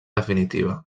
definitiva